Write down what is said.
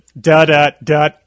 da-da-da